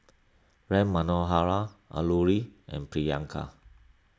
Ram Manohar Alluri and Priyanka